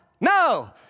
No